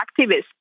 activists